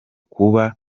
kuba